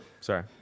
sorry